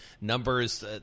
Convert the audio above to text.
numbers